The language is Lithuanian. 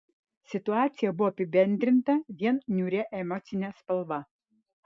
situacija buvo apibendrinta vien niūria emocine spalva